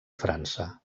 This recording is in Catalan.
frança